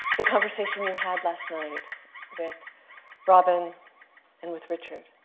the conversation you had last night with robin and with richard.